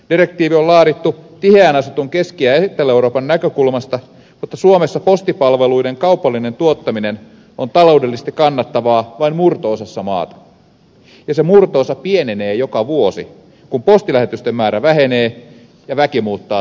direktiivi on laadittu tiheään asutun keski ja etelä euroopan näkökulmasta mutta suomessa postipalveluiden kaupallinen tuottaminen on taloudellisesti kannattavaa vain murto osassa maata ja se murto osa pienenee joka vuosi kun postilähetysten määrä vähenee ja väki muuttaa taajamiin